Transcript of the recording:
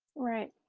right.